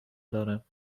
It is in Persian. دارم